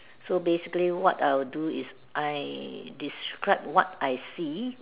so basically what I'll do is I describe what I see